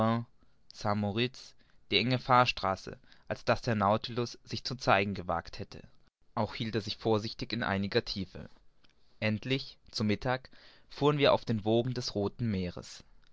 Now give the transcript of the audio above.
die enge fahrstraße als daß der nautilus sich zu zeigen gewagt hätte auch hielt er sich vorsichtig in einiger tiefe endlich zu mittag fuhren wir auf den wogen des rothen meeres